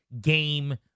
game